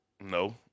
No